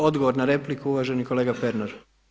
Odgovor na repliku, uvaženi kolega Pernar.